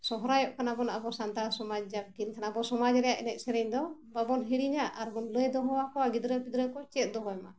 ᱥᱚᱦᱨᱟᱭᱚᱜ ᱠᱟᱱᱟ ᱵᱚᱱ ᱟᱵᱚ ᱥᱟᱱᱛᱟᱲ ᱥᱚᱢᱟᱡᱽ ᱡᱟᱵᱽ ᱠᱤᱱ ᱛᱟᱦᱮᱱᱟ ᱟᱵᱚ ᱥᱚᱢᱟᱡᱽ ᱨᱮᱱᱟᱜ ᱮᱱᱮᱡ ᱥᱮᱨᱮᱧ ᱫᱚ ᱵᱟᱵᱚᱱ ᱦᱤᱲᱤᱧᱟ ᱟᱨᱵᱚᱱ ᱞᱟᱹᱭ ᱫᱚᱦᱚᱣᱟᱠᱚᱣᱟ ᱜᱤᱫᱽᱨᱟᱹ ᱯᱤᱫᱽᱨᱟᱹ ᱠᱚ ᱪᱮᱫ ᱫᱚᱦᱚᱭ ᱢᱟ